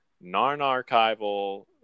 non-archival